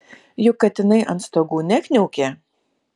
juk katinai ant stogų nekniaukė